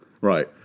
Right